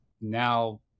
now